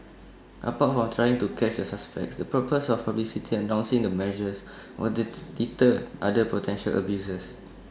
apart from trying to catch the suspects the purpose of publicly announcing the measures was to deter other potential abusers